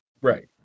Right